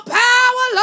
power